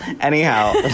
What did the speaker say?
Anyhow